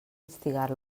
instigar